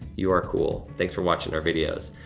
you are cool, thanks for watching our videos.